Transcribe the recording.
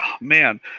man